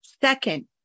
Second